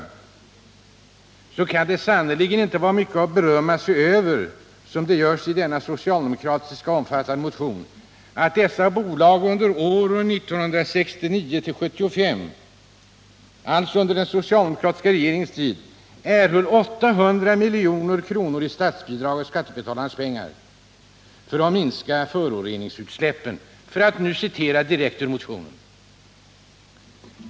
Det kan sannerligen inte vara mycket att berömma sig över —- som man gör i den omfattande socialdemokratiska motionen — att dessa bolag under åren 1969-1975, alltså under den socialdemokratiska regeringens tid, erhöll 800 milj.kr. i statsbidrag av skattebetalarnas pengar för att minska föroreningsutsläppen, för att citera direkt ur motionen.